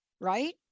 right